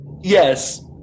Yes